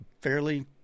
fairly